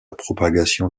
propagation